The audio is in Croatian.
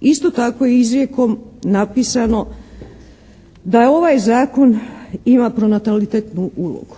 Isto tako i izrijekom napisano da ovaj Zakon ima pronatalitetnu ulogu.